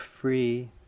free